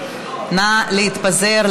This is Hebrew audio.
נא להתפזר,